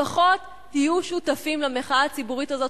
לפחות תהיו שותפים למחאה הציבורית הזאת